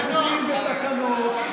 חוקים ותקנות, תתקין תקנות.